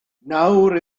nawr